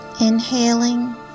Inhaling